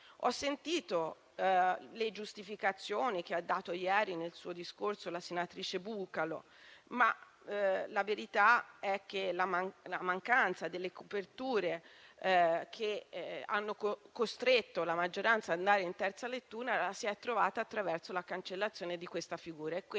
Ho sentito le giustificazioni che ha dato ieri nel suo discorso la senatrice Bucalo, ma la verità è che le coperture mancanti, che hanno costretto la maggioranza ad andare in terza lettura, si sono trovate attraverso la cancellazione di questa figura